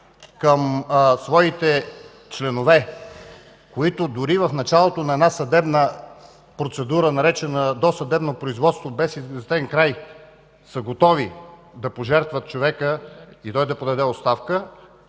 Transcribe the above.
към своите членове, които дори в началото на една съдебна процедура, наречена „досъдебно производство” без известен край са готови да пожертват човека и той да подаде оставка,